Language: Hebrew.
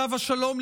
עליו השלום,